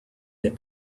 that